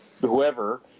whoever